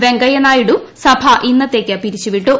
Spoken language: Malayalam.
വെങ്കയ്യ നായിഡു സഭ ഇന്നത്തേക്ക് പിരിച്ചുവിട്ടു